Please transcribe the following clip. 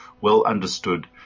well-understood